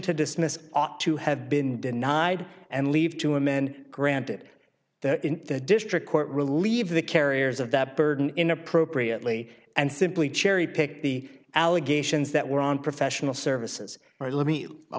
to dismiss ought to have been denied and leave to amend granted there in the district court relieve the carriers of that burden in appropriately and simply cherry pick the allegations that were on professional services or let me